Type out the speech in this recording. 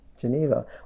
Geneva